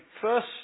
first